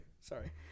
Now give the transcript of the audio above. Sorry